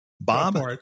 Bob